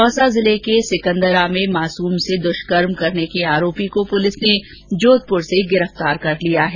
दौसा जिले के सिकन्दरा में मासूम से दुष्कर्म करने के आरोपी को पुलिस ने जोधपुर से गिरफ्तार कर लिया है